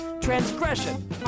transgression